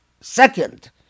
Second